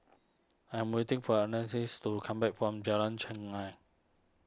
I'm waiting for to come back from Jalan Chengam